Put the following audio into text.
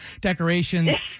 decorations